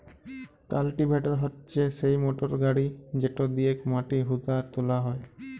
cultivator হচ্যে সিই motor গাড়ি যেটা দিয়েক মাটি হুদা আর তোলা হয়